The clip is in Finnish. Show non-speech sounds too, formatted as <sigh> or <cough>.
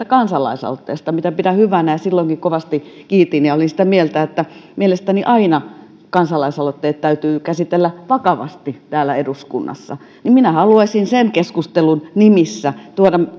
<unintelligible> kansalaisaloitteesta mitä pidän hyvänä ja silloinkin kovasti kiitin ja olin sitä mieltä että mielestäni aina kansalaisaloitteet täytyy käsitellä vakavasti täällä eduskunnassa niin minä haluaisin sen keskustelun nimissä